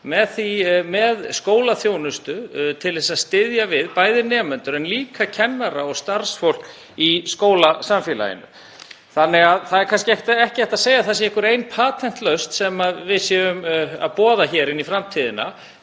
með skólaþjónustu til að styðja við nemendur en líka kennara og starfsfólk í skólasamfélaginu. Það er því kannski ekki hægt að segja að það sé einhver ein patentlausn sem við séum að boða hér inn í framtíðina